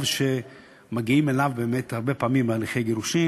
שמגיעים אליו הרבה פעמים בהליכי גירושין,